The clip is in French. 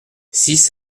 six